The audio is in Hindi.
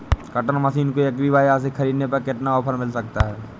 कटर मशीन को एग्री बाजार से ख़रीदने पर कितना ऑफर मिल सकता है?